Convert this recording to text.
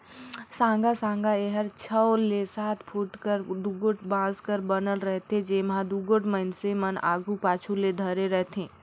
साँगा साँगा एहर छव ले सात फुट कर दुगोट बांस कर बनल रहथे, जेम्हा दुगोट मइनसे मन आघु पाछू ले धरे रहथे